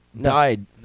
died